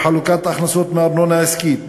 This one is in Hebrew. בחלוקת הכנסות מארנונה עסקית,